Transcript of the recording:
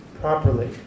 properly